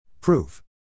Proof